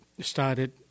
started